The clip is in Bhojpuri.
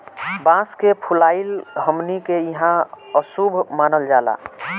बांस के फुलाइल हमनी के इहां अशुभ मानल जाला